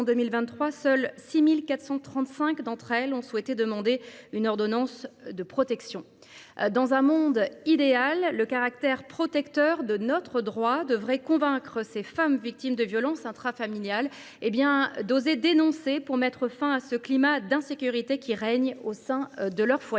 en 2023, seules 6 435 d’entre elles ont souhaité demander une ordonnance de protection. Dans un monde idéal, le caractère protecteur de notre droit devrait convaincre ces femmes victimes de violences intrafamiliales d’oser dénoncer pour mettre fin à ce climat d’insécurité qui règne au sein de leur foyer.